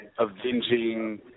avenging